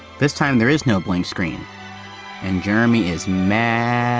this time there is no blank screen and jamie is, mad!